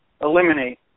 eliminate